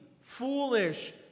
foolish